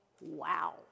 wow